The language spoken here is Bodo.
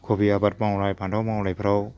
क'फि आबाद मावनाय फान्थाव मावनायफ्राव